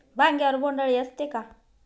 वांग्यावर बोंडअळी असते का?